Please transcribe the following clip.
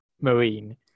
Marine